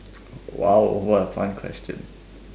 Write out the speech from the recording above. !wow! what a fun question